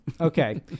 Okay